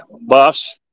buffs